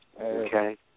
Okay